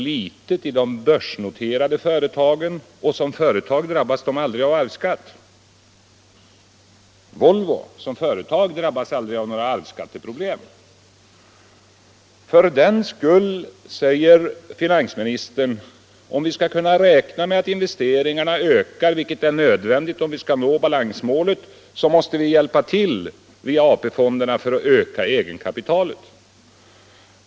Låt mig framhålla att dessa företag inte drabbas av arvsskatt —- Volvo har aldrig som företag några arvsskatteproblem. Finansministern säger nu att vi för att se till att dessa företags investeringar ökar — vilket är nödvändigt om vi skall nå balansmålet — måste hjälpa till via AP-fonderna för att öka egenkapitalet.